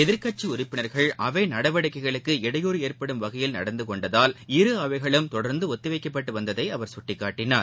எதிர்கட்சி உறுப்பினர்கள் அவை நடவடிக்கைகளுக்கு இடையூறு ஏற்படும் வகையில் நடந்து கொண்டதால் இரு அவைகளும் தொடர்ந்து ஒத்திவைக்கப்பட்டு வந்ததை அவர் சுட்டிக்காட்டினார்